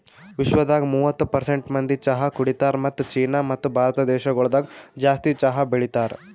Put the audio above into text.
ವಿಶ್ವದಾಗ್ ಮೂವತ್ತು ಪರ್ಸೆಂಟ್ ಮಂದಿ ಚಹಾ ಕುಡಿತಾರ್ ಮತ್ತ ಚೀನಾ ಮತ್ತ ಭಾರತ ದೇಶಗೊಳ್ದಾಗ್ ಜಾಸ್ತಿ ಚಹಾ ಬೆಳಿತಾರ್